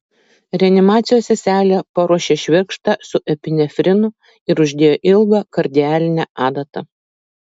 reanimacijos seselė paruošė švirkštą su epinefrinu ir uždėjo ilgą kardialinę adatą